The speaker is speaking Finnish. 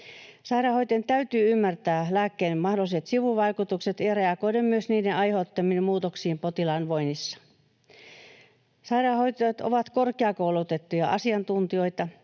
Sairaanhoitajan täytyy ymmärtää lääkkeiden mahdolliset sivuvaikutukset ja reagoida myös niiden aiheuttamiin muutoksiin potilaan voinnissa. Sairaanhoitajat ovat korkeakoulutettuja asiantuntijoita.